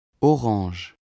orange